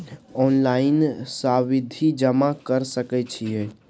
Online सावधि जमा कर सके छिये?